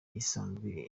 isanzwe